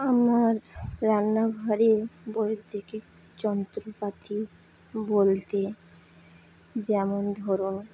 আমার রান্নাঘরে বৈদ্যুতিক যন্ত্রপাতি বলতে যেমন ধরুন